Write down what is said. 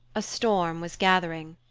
a storm was gathering.